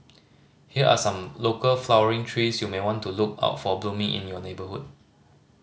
here are some local flowering trees you may want to look out for blooming in your neighbourhood